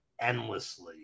endlessly